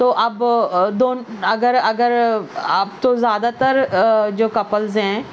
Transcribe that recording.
تو اب دون اگر اگر اب تو زیادہ تر جو کپلز ہیں